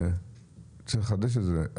צריך לחדש את זה.